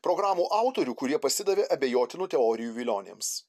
programų autorių kurie pasidavė abejotinų teorijų vilionėms